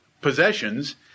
possessions